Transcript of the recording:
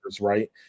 right